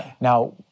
Now